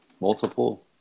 multiple